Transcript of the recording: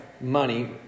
money—